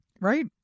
right